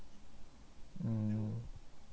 mm